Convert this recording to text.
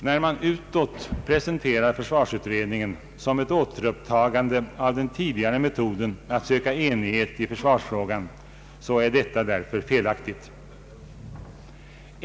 När man utåt presenterar försvarsutredningen som ett återupptagande av den tidigare metoden att söka enighet i försvarsfrågan, är detta därför felaktigt.